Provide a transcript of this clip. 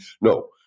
no